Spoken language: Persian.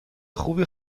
خوبی